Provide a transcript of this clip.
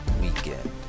weekend